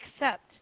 accept